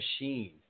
machine